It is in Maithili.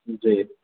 जी